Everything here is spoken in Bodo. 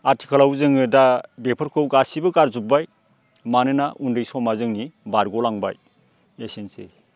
आथिखालाव जोङो दा बेफोरखौ गासिबो गारजोबबाय मानोना उन्दै समा जोंनि बारग' लांबाय एसेनोसै